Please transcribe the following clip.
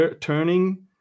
turning